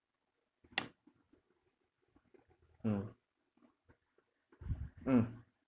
mm mm